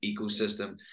ecosystem